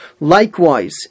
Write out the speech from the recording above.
likewise